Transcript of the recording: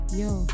yo